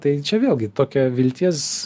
tai čia vėlgi tokia vilties